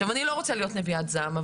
עכשיו, אני לא רוצה להיות נביאת זעם.